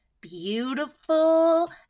beautiful